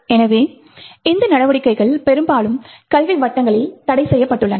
எனவே இந்த நடவடிக்கைகள் பெரும்பாலும் கல்வி வட்டங்களில் தடைசெய்யப்பட்டுள்ளன